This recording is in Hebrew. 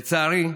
לצערי,